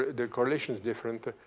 the correlation's different.